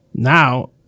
Now